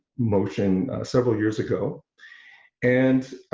motion several years ago and